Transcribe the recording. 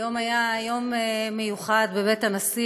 היום היה יום מיוחד בבית הנשיא,